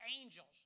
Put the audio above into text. angels